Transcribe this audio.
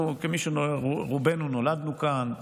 אנחנו, רובנו נולדנו כאן.